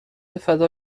فدا